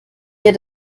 ihr